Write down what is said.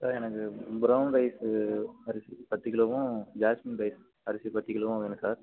sir எனக்கு brown rice அரிசி பத்து கிலோவும் ஜாஸ்மின் ரைஸ் அரிசி பத்து கிலோவும் வேணும் சார்